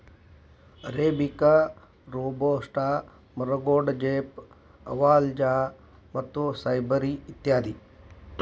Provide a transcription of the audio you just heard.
arabica, robusta, ಮರಗೋಡಜೇಪ್, Lavazza ಮತ್ತು ಸ್ಕೈಬರಿ ಇತ್ಯಾದಿ